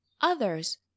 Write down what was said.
others